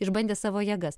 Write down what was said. išbandė savo jėgas